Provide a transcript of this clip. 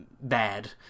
bad